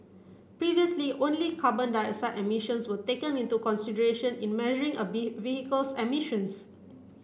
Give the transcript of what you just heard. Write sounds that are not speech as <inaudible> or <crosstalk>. previously only carbon dioxide emissions were taken into consideration in measuring a <unintelligible> vehicle's emissions